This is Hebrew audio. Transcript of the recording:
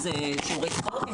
אם זה שיעורי ספורט,